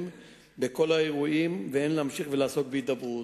בכל האירועים ולהמשיך ולעסוק בהידברות.